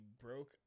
broke